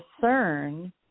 discern